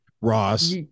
Ross